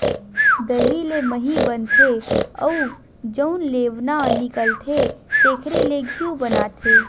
दही ले मही बनथे अउ जउन लेवना निकलथे तेखरे ले घींव बनाथे